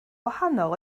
wahanol